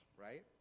right